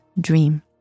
dream